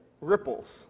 ripples